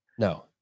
No